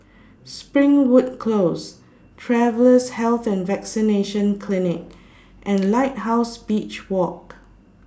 Springwood Close Travellers' Health and Vaccination Clinic and Lighthouse Beach Walk